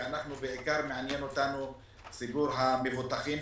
ובעיקר מעניין אותנו ציבור המבוטחים.